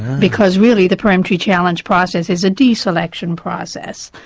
because really, the peremptory challenge process is a de-selection process.